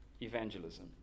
evangelism